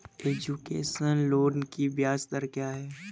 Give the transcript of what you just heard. Education loan की ब्याज दर क्या है?